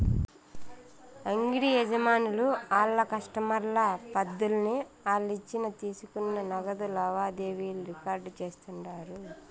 అంగిడి యజమానులు ఆళ్ల కస్టమర్ల పద్దుల్ని ఆలిచ్చిన తీసుకున్న నగదు లావాదేవీలు రికార్డు చేస్తుండారు